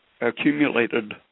accumulated